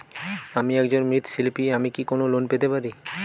আমি একজন মৃৎ শিল্পী আমি কি কোন লোন পেতে পারি?